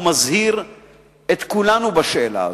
ומזהיר את כולנו בשאלה הזאת,